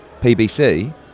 PBC